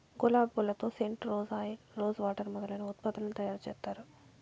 గులాబి పూలతో scent, rose oil, rose water మొదలైన ఉత్పత్తులను తయారు చేత్తారు